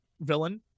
villain